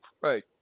right